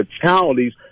fatalities